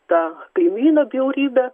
tą kaimyną bjaurybę